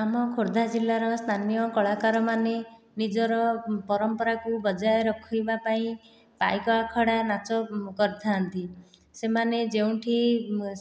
ଆମ ଖୋର୍ଦ୍ଧା ଜିଲ୍ଲାର ସ୍ଥାନୀୟ କଳାକାରମାନେ ନିଜର ପରମ୍ପରାକୁ ବଜାୟ ରଖିବା ପାଇଁ ପାଇକ ଆଖଡ଼ା ନାଚ କରିଥାନ୍ତି ସେମାନେ ଯେଉଁଠି